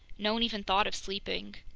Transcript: no one even thought of sleeping.